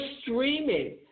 streaming